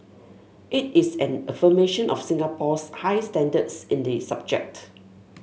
it is an affirmation of Singapore's high standards in the subject